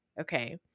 okay